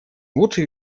лучше